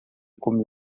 comigo